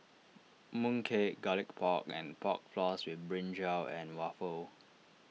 Mooncake Garlic Pork and Pork Floss with Brinjal and Waffle